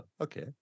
okay